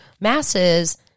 masses